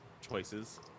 choices